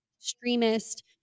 extremist